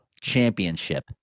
championship